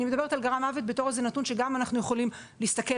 אני מדברת על גרם מוות בתור נתון שאנחנו יכולים להסתכל